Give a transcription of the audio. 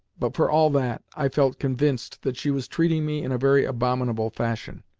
but, for all that, i felt convinced that she was treating me in a very abominable fashion.